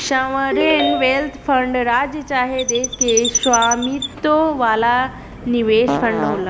sovereign wealth fund राज्य चाहे देश के स्वामित्व वाला निवेश फंड होला